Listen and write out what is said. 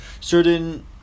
certain